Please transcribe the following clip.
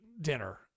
dinner